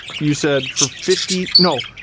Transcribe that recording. you said for fifty, no,